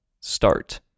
start